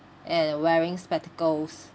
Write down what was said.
and wearing spectacles